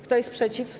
Kto jest przeciw?